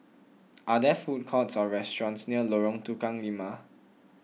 are there food courts or restaurants near Lorong Tukang Lima